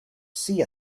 see